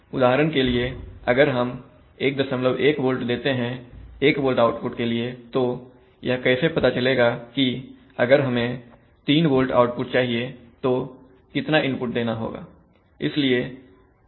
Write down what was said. उदाहरण के लिए अगर हम 11 volt देते हैं 1 volt आउटपुट के लिए तो यह कैसे पता चलेगा कि अगर हमें 3 volt आउटपुट चाहिए तो कितना इनपुट देना होगा